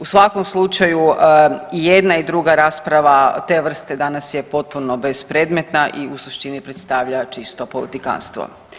U svakom slučaju i jedna i druga rasprava te vrste danas je potpuno bespredmetna i u suštini predstavlja čisto politikanstvo.